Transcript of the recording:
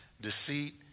deceit